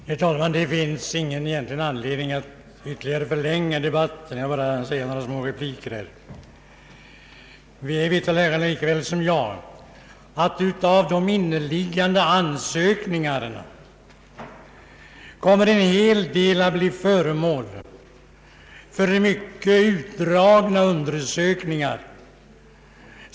Herr talman! Det finns ingen egentlig anledning att ytterligare förlänga denna debatt. Jag vill här bara framföra några korta repliker. De närmast föregående talarna vet lika väl som jag att av inneliggande ansökningar kommer en hel del att bli föremål för mycket utdragna undersökningar.